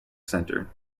center